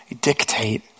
dictate